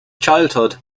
childhood